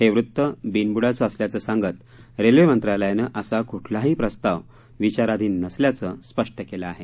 हे वृत्त बिनबुडाचे असल्याचं सांगत रेल्वे मंत्रालयानं असा कुठलाही प्रस्ताव विचाराधिन नसल्याचं स्पष्ट केलं आहे